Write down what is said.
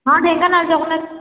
ହଁ ଢେଙ୍କାନାଳ ଜଗନ୍ନାଥ